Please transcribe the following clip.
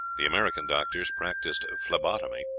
the american doctors practised phlebotomy.